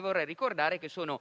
Vorrei ricordare che sono